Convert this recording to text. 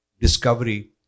discovery